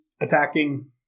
attacking